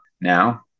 Now